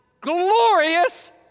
glorious